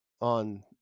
on